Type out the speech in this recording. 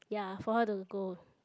ya for her to go